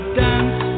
dance